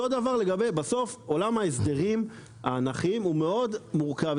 בסוף עולם ההסדרים האנכיים הוא מאוד מורכב,